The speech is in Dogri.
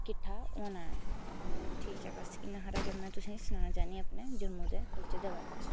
किट्ठा होना ठीक ऐ बस इन्ना हारा गै में तुसेंगी सनाना चांह्न्नी आं अपने जम्मू च दे कल्चर दे बारे च